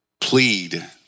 plead